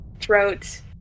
throat